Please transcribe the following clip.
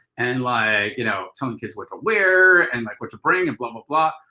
and like, you know, telling kids what to wear and like what to bringing and blah, ah blah,